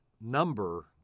number